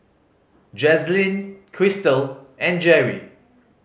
Jazlene Crystal and Gerri